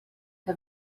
que